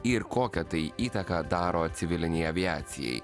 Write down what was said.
ir kokią tai įtaką daro civilinei aviacijai